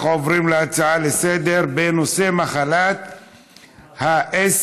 נעבור להצעה לסדר-היום בנושא: מחלת ה-SMA,